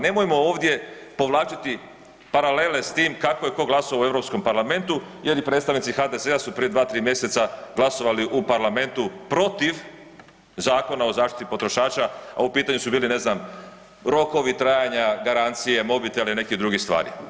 Nemojmo ovdje povlačiti paralele s tim kako je tko glasovao u Europskom parlamentu jer i predstavnici HDZ-a su prije 2, 3 mjeseca glasovali u parlamentu protiv Zakona o zaštiti potrošača, a u pitanju su bili ne znam rokovi trajanja, garancije mobitela i neke druge stvari.